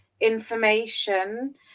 information